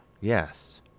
Yes